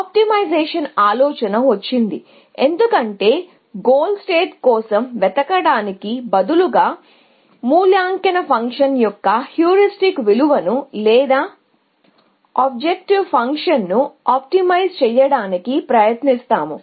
optimisation ఆలోచన వచ్చింది ఎందుకంటే గోల్ స్టేట్ ని వెతకడానికి బదులుగా మూల్యాంకన ఫంక్షన్ యొక్క హ్యూరిస్టిక్ విలువను లేదా ఆబ్జెక్టివ్ ఫంక్షన్ను ఆప్టిమైజ్ చేయడానికి ప్రయత్నించీ చూసాము